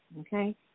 okay